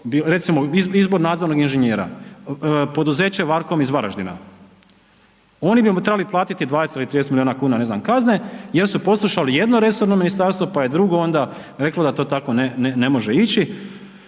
recimo izbor nadzornog inženjera, poduzeće Varkom iz Varaždina oni bi trebali platiti 20 ili 30 milijuna kuna kazne jer su poslušali jedno resorno ministarstvo pa je drugo onda reklo da to tako ne može ići